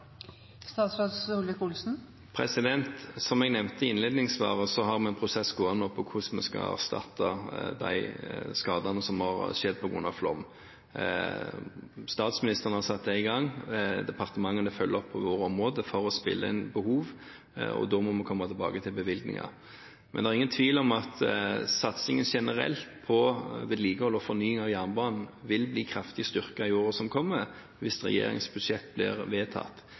Som jeg nevnte i innledningssvaret, har vi en prosess gående nå på hvordan vi skal erstatte de skadene som har skjedd på grunn av flom. Statsministeren har satt det i gang, departementene følger opp på sine områder for å spille inn behov, og da må vi komme tilbake til bevilgninger. Men det er ingen tvil om at satsingen generelt på vedlikehold og fornying av jernbanen vil bli kraftig styrket i året som kommer, hvis regjeringens budsjett blir vedtatt.